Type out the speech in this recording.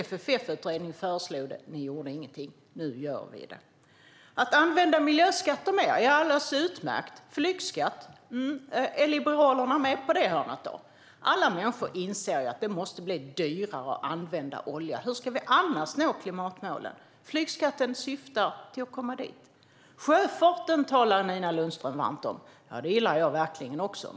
FFF-utredningen föreslog det, men ni gjorde ingenting. Nu gör vi det. Att använda miljöskatter mer är alldeles utmärkt. När det gäller flygskatt, är Liberalerna med på det? Alla människor inser att det måste bli dyrare att använda olja. Hur ska vi annars nå klimatmålen? Flygskatten syftar till att komma dit. Nina Lundström talar varmt om sjöfarten. Den gillar jag också.